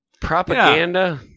propaganda